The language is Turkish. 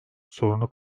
sorunu